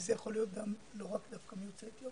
וזה יכול להיות לאו דווקא מיוצאי אתיופיה.